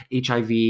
hiv